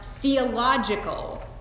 Theological